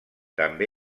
també